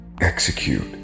Execute